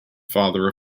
father